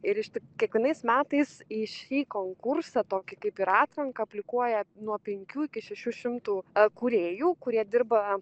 ir iš ti kiekvienais metais į šį konkursą tokį kaip ir atranką aplikuoja nuo penkių iki šešių šimtų kūrėjų kurie dirba